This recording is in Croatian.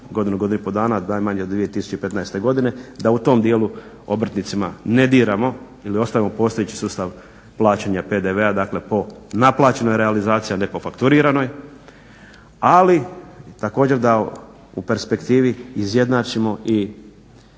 godinu, godinu i pol dana, najmanje od 2015.godine da u tom dijelu obrtnicima ne diramo ili ostavimo postojeći sustav plaćanja PDV-a dakle po naplaćenoj realizaciji ali ne po frakturiranoj ali također da u perspektivi izjednačimo i